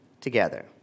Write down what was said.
together